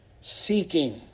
seeking